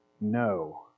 No